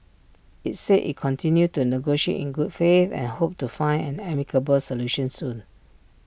IT said IT continued to negotiate in good faith and hoped to find an amicable solution soon